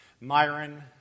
Myron